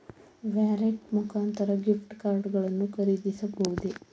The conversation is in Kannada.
ವ್ಯಾಲೆಟ್ ಮುಖಾಂತರ ಗಿಫ್ಟ್ ಕಾರ್ಡ್ ಗಳನ್ನು ಖರೀದಿಸಬಹುದೇ?